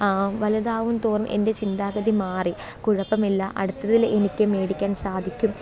വലുതാവും തോറും എന്റെ ചിന്താഗതി മാറി കുഴപ്പമില്ല അടുത്തതിൽ എനിക്ക് മേടിക്കാന് സാധിക്കും